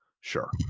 sure